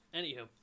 Anywho